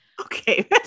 Okay